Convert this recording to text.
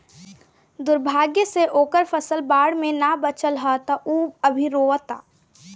दुर्भाग्य से ओकर फसल बाढ़ में ना बाचल ह त उ अभी रोओता